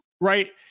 Right